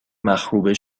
مخروبه